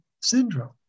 syndrome